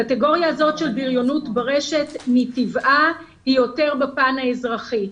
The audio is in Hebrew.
הקטגוריה הזאת של בריונות ברשת מטבעה היא יותר בפן האזרחי.